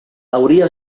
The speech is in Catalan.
hauria